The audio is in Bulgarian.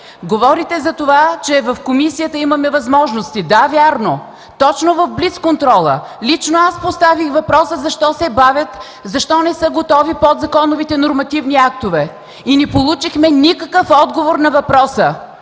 Говорите за това, че в комисията имаме възможности – да, вярно. Точно в блицконтрола лично аз поставих въпроса защо се бавят и не са готови подзаконовите нормативни актове и не получихме никакъв отговор на въпроса.